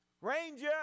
Ranger